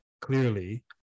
clearly